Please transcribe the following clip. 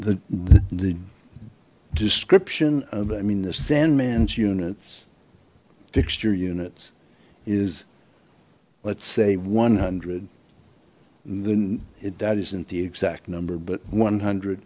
the the description of i mean the sandman's units fixture units is let's say one hundred then if that isn't the exact number but one hundred